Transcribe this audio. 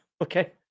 Okay